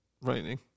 raining